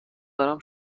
دارم